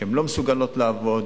שהן לא מסוגלות לעבוד,